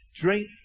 drink